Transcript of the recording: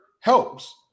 helps